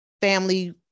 family